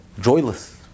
joyless